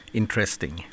interesting